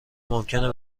ممکنه